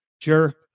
Sure